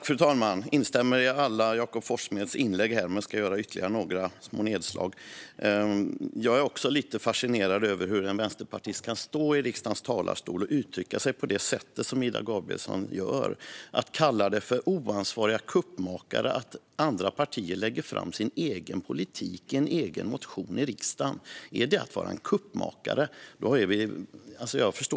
Fru talman! Jag instämmer i Jakob Forssmeds alla inlägg, men jag ska göra ytterligare några små nedslag. Jag är fascinerad av hur en vänsterpartist kan stå i riksdagens talarstol och uttrycka sig på det sätt som Ida Gabrielsson gör. Jag förstår över huvud taget inte språkbruket när man kallar andra partier oansvariga kuppmakare när de lägger fram sin egen politik i en egen motion i riksdagen. Är man kuppmakare då?